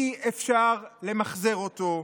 אי-אפשר למחזר אותו.